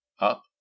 up